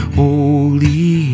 holy